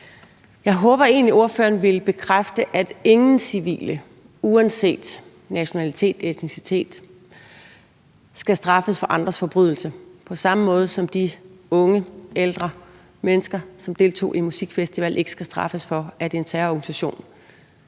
egentlig, at ordføreren vil bekræfte, at ingen civile uanset nationalitet eller etnicitet skal straffes for andres forbrydelse. På samme måde, som de unge og ældre mennesker, som deltog i musikfestivalen, ikke skal straffes for, at en terrororganisation